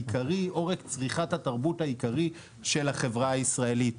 צריכת התרבות העיקרי של החברה הישראלית.